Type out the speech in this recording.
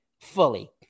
fully